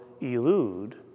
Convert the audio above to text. elude